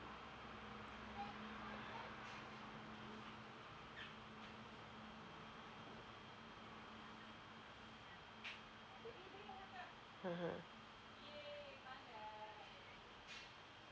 mmhmm